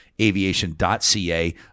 Aviation.ca